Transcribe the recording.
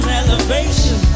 elevation